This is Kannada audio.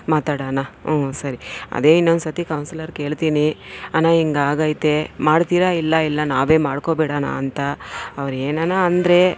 ಮಾತಾಡೋನ ಸರಿ ಅದೇ ಇನ್ನೊಂದ್ಸತಿ ಕೌನ್ಸ್ಲರ್ಗೆ ಹೇಳ್ತೀನಿ ಅಣ್ಣ ಹಿಂಗಾಗೈತೆ ಮಾಡ್ತೀರೋ ಇಲ್ಲ ಇಲ್ಲ ನಾವೇ ಮಾಡ್ಕೊಬಿಡೋಣ ಅಂತ ಅವ್ರು ಏನಾನ ಅಂದರೆ